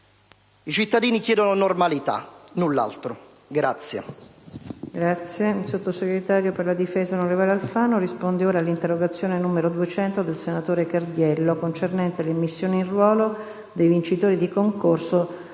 I cittadini chiedono normalità, null'altro.